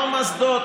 לא מוסדות